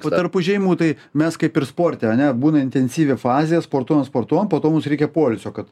o tarp užėjimų tai mes kaip ir sporte ane būna intensyvi fazė sportuojam sportuojam po to mums reikia poilsio kad